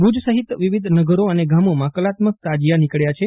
ભુજ સહીત વિવિધ નગરી અને ગામોમાં કલાત્મક તાજીયા નીકળ્યા છે